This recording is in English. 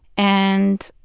and,